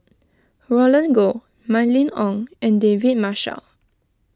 Roland Goh Mylene Ong and David Marshall